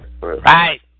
Right